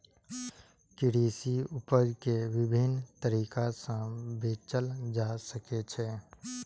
कृषि उपज कें विभिन्न तरीका सं बेचल जा सकै छै